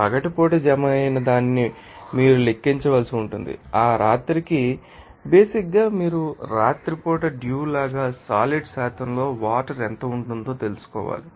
పగటిపూట జమ అయిన దాన్ని మీరు లెక్కించవలసి ఉంటుంది ఆ రాత్రికి బేసిక్ ంగా మీరు రాత్రిపూట డ్యూ లాగా సాలిడ్ శాతంలో వాటర్ ఎంత ఉంటుందో తెలుసుకోవాలి